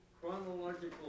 chronological